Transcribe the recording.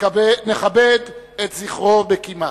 נכבד את זכרו בקימה.